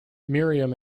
miriam